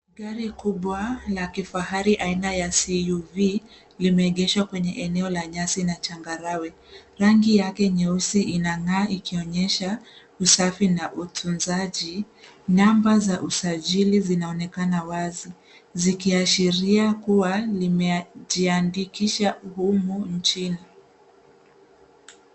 Gari kubwa la kifahari aina ya SUV, limeegeshwa kwenye eneo la nyasi na changarawe. Rangi yake nyeusi inang'aaa ikionyesha usafi na utunzaji. Namba za usajili zinaonekana wazi, zikiashiria kuwa limejiandikisha humu nchini.